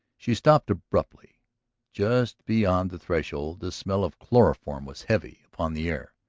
she stopped abruptly just beyond the threshold the smell of chloroform was heavy upon the air,